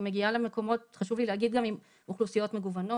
אני מגיעה למקומות עם אוכלוסיות מגוונות,